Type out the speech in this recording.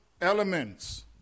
elements